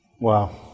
wow